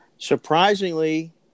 Surprisingly